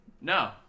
No